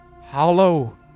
hollow